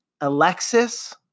Alexis